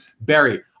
Barry